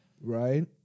right